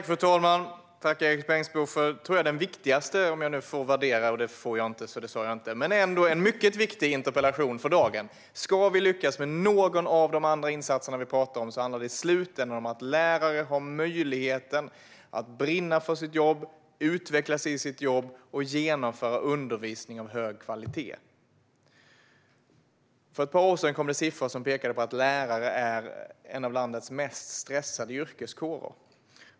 Fru talman! Tack, Erik Bengtzboe, för vad jag tror är den viktigaste interpellationen, om jag nu får värdera men det får jag inte, men ändå en mycket viktig interpellation för dagen! Ska vi lyckas med någon av de andra insatser vi talar om handlar det slutligen om att läraren ska ha möjlighet att brinna för sitt jobb, utveckla sig i sitt jobb och genomföra undervisning av hög kvalitet. För ett par år sedan kom det siffror som pekade på att lärare är en av landets mest stressade yrkeskårer.